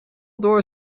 door